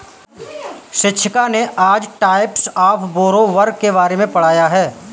शिक्षिका ने आज टाइप्स ऑफ़ बोरोवर के बारे में पढ़ाया है